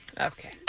Okay